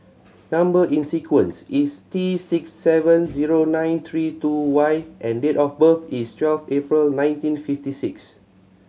number in sequence is T six seven zero nine three two Y and date of birth is twelfth April nineteen fifty six